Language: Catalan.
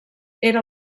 era